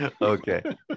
okay